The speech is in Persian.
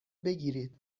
بگیرید